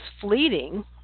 fleeting